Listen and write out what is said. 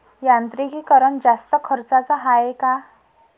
यांत्रिकीकरण जास्त खर्चाचं हाये का?